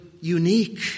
unique